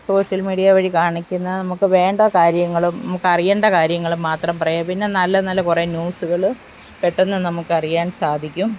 social media വഴി കാണിക്കുന്ന നമുക്ക് വേണ്ട കാര്യങ്ങളും നമുക്ക് അറിയേണ്ട കാര്യങ്ങളും മാത്രം പറയുക പിന്നെ നല്ല നല്ല കുറേ ന്യൂസുകൾ പെട്ടെന്നു നമുക്ക് അറിയാൻ സാധിക്കും